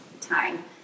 time